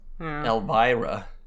Elvira